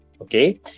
Okay